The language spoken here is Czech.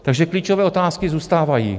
Takže klíčové otázky zůstávají.